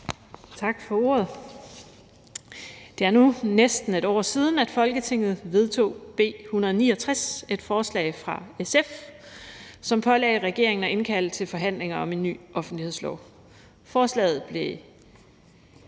Tak for ordet. Det er nu næsten et år siden, at Folketinget vedtog B 169, et forslag fra SF, som pålagde regeringen at indkalde til forhandlinger om en ny offentlighedslov. Forslaget blev